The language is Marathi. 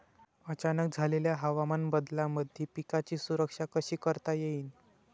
अचानक झालेल्या हवामान बदलामंदी पिकाची सुरक्षा कशी करता येईन?